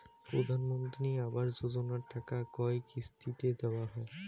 প্রধানমন্ত্রী আবাস যোজনার টাকা কয় কিস্তিতে দেওয়া হয়?